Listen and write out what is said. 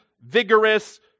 vigorous